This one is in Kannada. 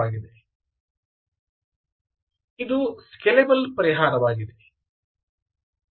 ಆದ್ದರಿಂದ ಇದು ಸ್ಕೇಲೆಬಲ್ ಪರಿಹಾರವಾಗಿದೆ